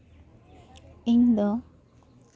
ᱤᱧ ᱫᱚ